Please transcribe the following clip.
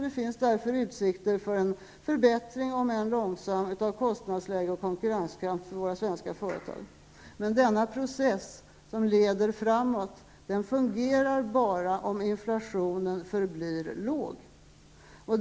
Det finns därför utsikter för en förbättring om än långsam av kostnadsläge och konkurrenskraft för våra svenska företag. Men denna process som leder framåt fungerar bara om inflationen förblir låg.